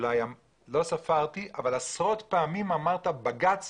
לא ספרתי אבל עשרות פעמים אמרת בג"ץ,